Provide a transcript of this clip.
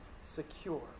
secure